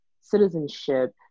citizenship